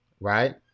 right